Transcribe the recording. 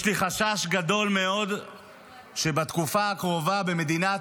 יש לי חשש גדול מאוד שבתקופה הקרובה במדינת